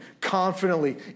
confidently